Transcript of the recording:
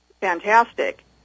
fantastic